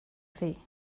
thi